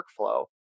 workflow